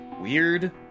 weird